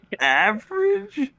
Average